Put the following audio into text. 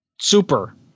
Super